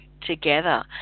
together